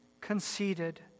conceited